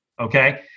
okay